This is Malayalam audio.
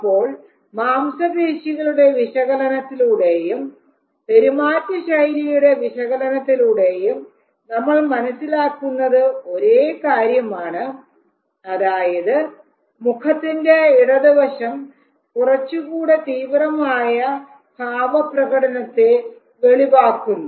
അപ്പോൾ മാംസപേശികളുടെ വിശകലനത്തിലൂടെയും പെരുമാറ്റ ശൈലിയുടെ വിശകലനത്തിലൂടെയും നമ്മൾ മനസ്സിലാക്കുന്നത് ഒരേ കാര്യമാണ് അതായത് മുഖത്തിന്റെ ഇടതുവശം കുറച്ചുകൂടെ തീവ്രമായ ഭാവപ്രകടനത്തെ വെളിവാക്കുന്നു